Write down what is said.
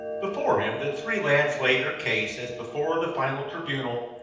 before him the three lads laid their case, as before the final tribunal.